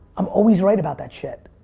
i'm always right about that shit.